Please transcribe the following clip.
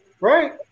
right